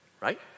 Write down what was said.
Right